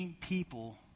people